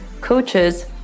coaches